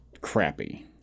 crappy